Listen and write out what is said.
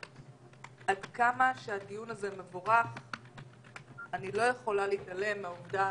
עד כמה שהדיון הזה מבורך אני לא יכולה להתעלם מהעובדה